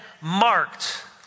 marked